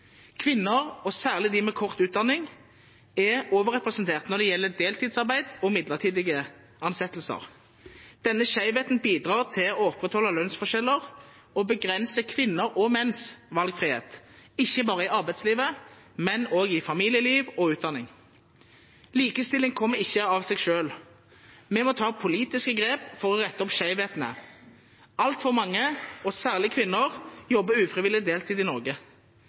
Kvinner, og særlig de med kort utdanning, er overrepresentert når det gjelder deltidsarbeid og midlertidige ansettelser. Denne skjevheten bidrar til å opprettholde lønnsforskjeller, og begrenser kvinners og menns valgfrihet ikke bare i arbeidslivet, men også i familieliv og utdanning. Likestilling kommer ikke av seg selv. Vi må ta politiske grep for å rette opp skjevhetene. Altfor mange, og særlig kvinner, jobber ufrivillig deltid i Norge.